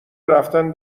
رفتن